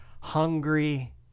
hungry